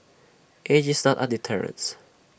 age is not A deterrence